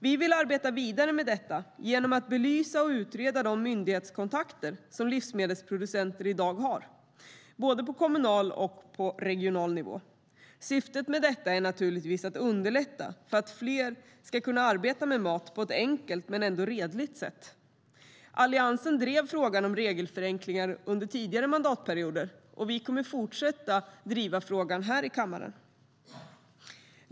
Vi vill arbeta vidare med detta genom att genomlysa och utreda de myndighetskontakter som livsmedelsproducenter i dag har på både kommunal och regional nivå. Syftet med detta är naturligtvis att underlätta för fler att arbeta med mat på ett enkelt men ändå redligt sätt. Alliansen drev frågan om regelförenklingar under tidigare mandatperioder, och vi kommer att fortsätta att driva frågan här i kammaren.